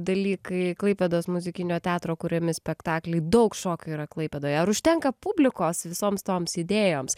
dalykai klaipėdos muzikinio teatro kuriami spektakliai daug šokio yra klaipėdoje ar užtenka publikos visoms toms idėjoms